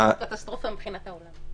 קטסטרופה מבחינת העולם.